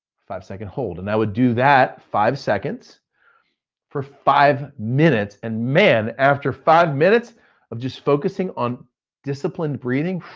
five second hold. and that would do that five seconds for five minutes and man, after five minutes of just focusing on disciplined breathing,